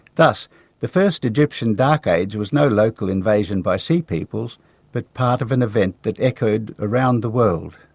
thus the first egyptian dark age was no local invasion by sea peoples but part of an event that echoed around the world.